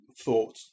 thought